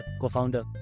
co-founder